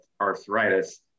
arthritis